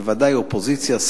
בוודאי אופוזיציה,